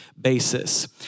basis